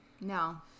No